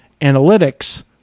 analytics